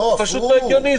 זה פשוט לא הגיוני.